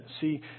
See